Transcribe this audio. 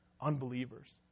unbelievers